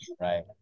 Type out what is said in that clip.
right